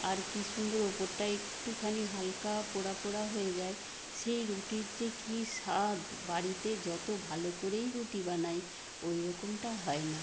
আর কী সুন্দর ওপরটা একটুখানি হালকা পোড়া পোড়া হয়ে যায় সেই রুটির যে কী স্বাদ বাড়িতে যতো ভালো করেই রুটি বানাই ওই রকমটা হয় না